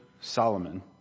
Solomon